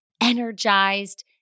energized